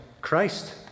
Christ